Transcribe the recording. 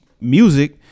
music